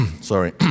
sorry